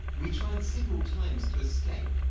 we tried several times to escape,